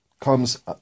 comes